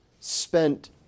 spent